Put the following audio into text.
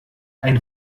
ein